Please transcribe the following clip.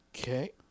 Okay